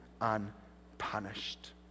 unpunished